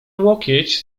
łokieć